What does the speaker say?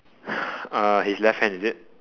uh his left hand is it